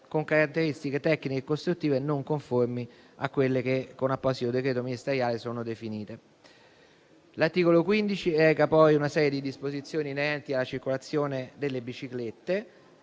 con caratteristiche tecniche e costruttive non conformi a quelle che, con apposito decreto ministeriale, sono definite. L'articolo 15 reca poi una serie di disposizioni inerenti alla circolazione delle biciclette,